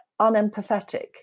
unempathetic